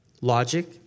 logic